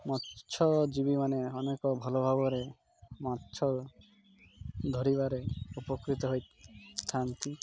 ମତ୍ସଜୀବୀ ମାନେ ଅନେକ ଭଲ ଭାବରେ ମାଛ ଧରିବାରେ ଉପକୃତ ହୋଇଥାନ୍ତି